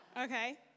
okay